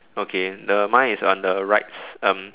okay the mine is on the right s~ um